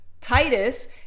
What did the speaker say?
Titus